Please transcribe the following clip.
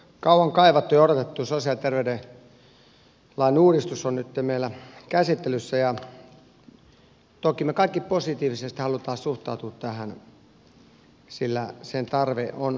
kauan kaivattu ja odotettu sosiaali ja terveydenhuoltolain uudistus on nytten meillä käsittelyssä ja toki me kaikki positiivisesti haluamme suhtautua tähän sillä sen tarve on ilmeinen